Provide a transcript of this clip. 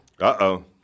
Uh-oh